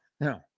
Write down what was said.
no